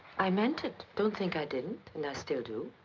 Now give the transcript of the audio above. i meant it. don't think i didn't. and i still do.